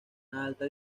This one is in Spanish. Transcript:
alta